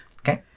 Okay